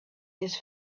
his